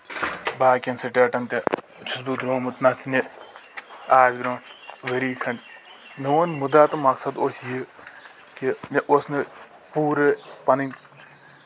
باقیٚن سِٹیٚٹن تہِ چھُس بہٕ دروٚومُت نَژنہِ آز برونٛہہ ؤری کھنٛڈ میون مُدا تہٕ مقصد اوس یہِ کہِ مےٚ اوس نہٕ پوٗرٕ پَنٕنۍ